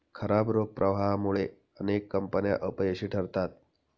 खराब रोख प्रवाहामुळे अनेक कंपन्या अपयशी ठरतात